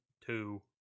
two